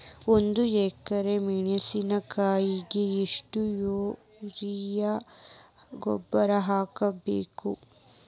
ಒಂದು ಎಕ್ರೆ ಮೆಣಸಿನಕಾಯಿಗೆ ಎಷ್ಟು ಯೂರಿಯಾ ಗೊಬ್ಬರ ಹಾಕ್ಬೇಕು?